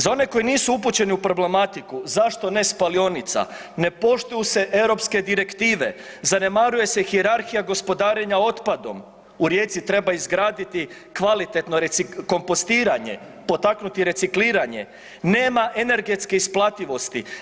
Za one koji nisu upućeni u problematiku, zašto ne spalionica, ne poštu je europske direktive, zanemaruje se hijerarhija gospodarenja otpadom, u Rijeci treba izgraditi kvalitetno kompostiranje, potaknuti recikliranje, nema energetske isplativosti.